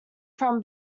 from